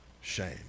shame